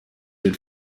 den